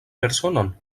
personon